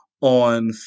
on